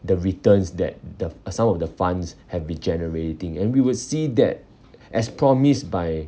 the returns that the uh some of the funds have been generating and we will see that as promised by